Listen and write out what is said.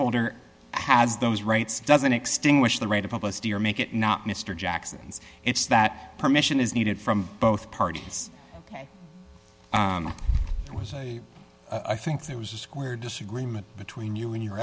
holder has those rights doesn't extinguish the right of publicity or make it not mr jackson's it's that permission is needed from both parties ok it was i think there was a square disagreement between you and your